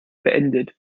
beendet